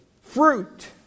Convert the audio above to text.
fruit